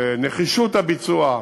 נחישות הביצוע,